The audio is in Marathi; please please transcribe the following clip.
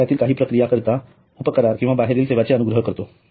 व्यवसायातील काही प्रक्रिया करीता उप करार किंवा बाहेरील सेवांचे अनुग्रह करतो